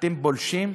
אתם פולשים,